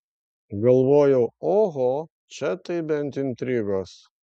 galvojau oho čia tai bent intrigos